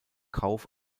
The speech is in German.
kauf